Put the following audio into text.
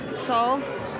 solve